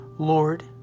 Lord